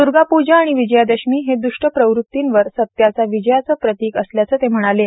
दूर्गा पूजा आणि विजयादशमी हे द्वष्ट प्रवृत्तींवर सत्याच्या विजयाचे प्रतीक असल्याचे म्हटले आहे